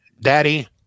daddy